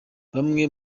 bamwe